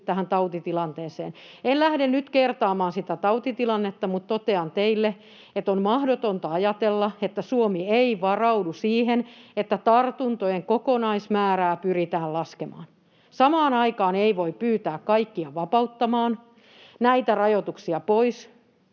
[Sari Sarkomaa: Ohhoh!] En lähde nyt kertaamaan sitä tautitilannetta, mutta totean teille, että on mahdotonta ajatella, että Suomi ei varaudu siihen, että tartuntojen kokonaismäärää pyritään laskemaan. Samaan aikaan ei voi pyytää kaikkia vapauttamaan näitä rajoituksia pois